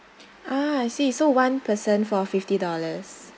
ah I see so one person for fifty dollars